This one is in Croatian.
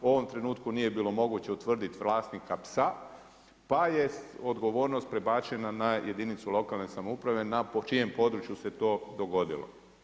U ovom trenutku nije bilo moguće utvrditi vlasnika psa pa je odgovornost prebačena na jedinicu lokalne samouprave na, po čijem području se to dogodilo.